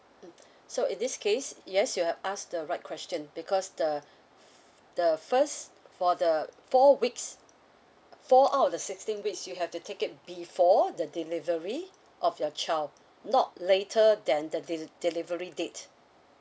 mm so in this case yes you're asked the right question because the the first for the four weeks four out the sixteen weeks you have to take it before the delivery of your child not later than the de~ delivery date